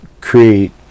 create